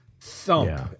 thump